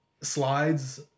slides